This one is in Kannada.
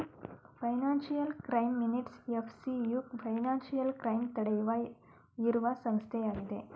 financial crime minutes FCU financial crime ತಡೆಯುವ ಇರುವ ಸಂಸ್ಥೆಯಾಗಿದೆ